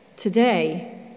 Today